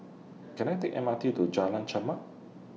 Can I Take M R T to Jalan Chermat